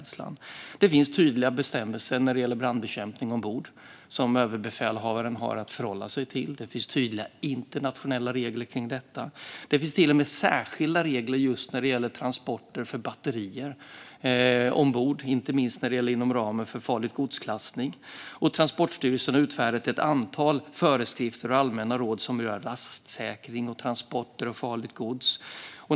Det finns tydliga bestämmelser när det gäller brandbekämpning ombord som befälhavaren har att förhålla sig till. Det finns tydliga internationella regler för detta. Det finns till och med särskilda regler just när det gäller transporter med batterier ombord, inte minst inom ramen för farligt gods-klassning. Transportstyrelsen har utfärdat ett antal föreskrifter och allmänna råd som berör lastsäkring och transporter av farligt gods.